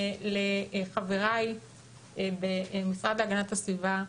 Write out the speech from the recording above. בחבריי למשרד להגנת הסביבה,